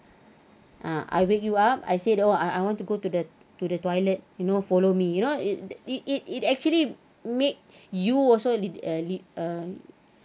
ah I wake you up I said oh I I want to go to the to the toilet you know follow me you know it it it it actually make you also live uh live uh